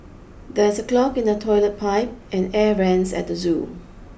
there's a clog in the toilet pipe and air vents at the zoo